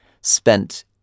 spent